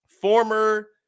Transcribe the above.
Former